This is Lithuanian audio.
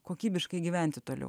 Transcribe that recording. kokybiškai gyventi toliau